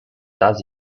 does